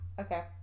Okay